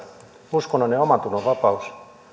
uskonnon ja omantunnon vapaus